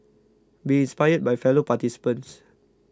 be inspired by fellow participants